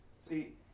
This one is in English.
See